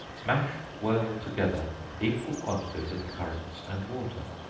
mash well together equal quantities of currants and water,